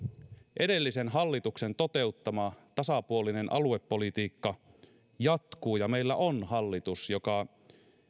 edellisen hallituksen toteuttama tasapuolinen aluepolitiikka jatkuu ja meillä on hallitus joka